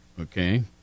Okay